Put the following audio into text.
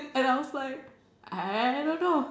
and I was like I don't know